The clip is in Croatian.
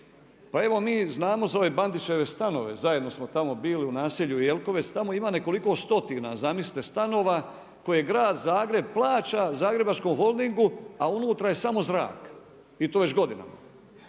Pa evo mi znamo za ove Bandićeve stanove, zajedno smo tamo bili u naselju Jelkovec. Tamo ima nekoliko stotina zamislite stanova koje grad Zagreb plaća Zagrebačkom holdingu, a unutra je samo zrak i to već godinama.